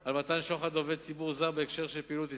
של מתן שוחד לעובד ציבור זר בהקשר של פעילות עסקית,